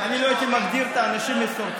אני לא הייתי מגדיר את האנשים מסורתיים,